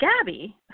Gabby